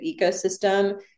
ecosystem